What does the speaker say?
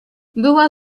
była